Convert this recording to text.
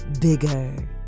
bigger